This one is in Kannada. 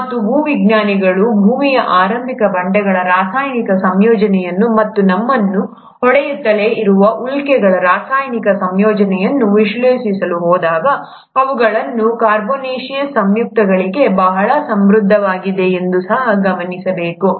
ಮತ್ತು ಭೂವಿಜ್ಞಾನಿಗಳು ಭೂಮಿಯ ಆರಂಭಿಕ ಬಂಡೆಗಳ ರಾಸಾಯನಿಕ ಸಂಯೋಜನೆಯನ್ನು ಮತ್ತು ನಮ್ಮನ್ನು ಹೊಡೆಯುತ್ತಲೇ ಇರುವ ಉಲ್ಕೆಗಳ ರಾಸಾಯನಿಕ ಸಂಯೋಜನೆಯನ್ನು ವಿಶ್ಲೇಷಿಸಲು ಹೋದಾಗ ಅವುಗಳು ಕಾರ್ಬೊನೇಸಿಯಸ್ ಸಂಯುಕ್ತಗಳಲ್ಲಿ ಬಹಳ ಸಮೃದ್ಧವಾಗಿವೆ ಎಂದು ಸಹ ಗಮನಿಸಬೇಕು